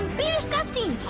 be disgusting!